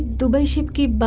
dubai ship